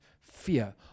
fear